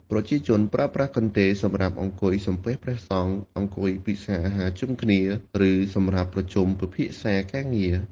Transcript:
ប្រជាជនប្រើប្រាស់កន្ទេលសម្រាប់អង្គុយសំពះព្រះសង្ឃ អង្គុយពិសាអាហារជុំគ្នា ឬសម្រាប់ប្រជុំពិភាក្សាការងារ។